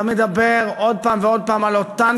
אתה מדבר עוד הפעם ועוד הפעם על אותן